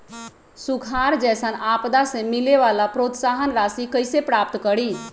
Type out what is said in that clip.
सुखार जैसन आपदा से मिले वाला प्रोत्साहन राशि कईसे प्राप्त करी?